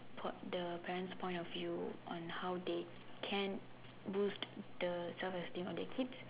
port the parents point of view on how they can boost the self esteem on their kids